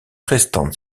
restantes